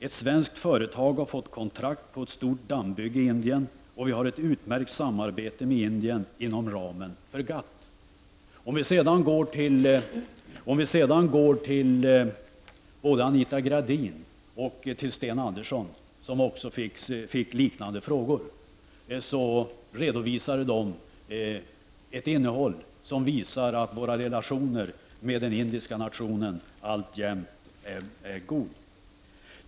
Ett svenskt företag har fått kontrakt på ett stort dammbygge i Indien, och vi har ett utmärkt samarbete med Indien inom ramen för GATT.” Både Anita Gradin och Sten Andersson, som fick liknande frågor, redovisar ett innehåll som visar att våra relationer med den indiska nationen alltjämt är goda.